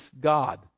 God